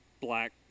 black